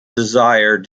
desire